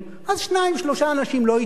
אז שניים-שלושה אנשים לא יתמנו,